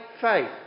faith